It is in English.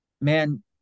man